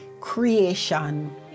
creation